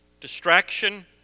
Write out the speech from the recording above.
distraction